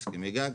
הסכמי גג,